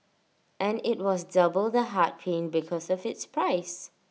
and IT was double the heart pain because of its price